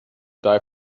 die